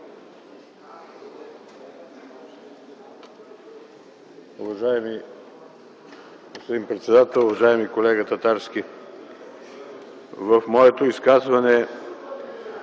господин председател! Уважаеми колега Татарски, в моето изказване